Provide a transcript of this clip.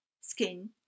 skin